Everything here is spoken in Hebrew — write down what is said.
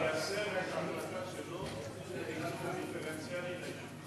שיישם את ההחלטה שלו, של, דיפרנציאלי ליישובים.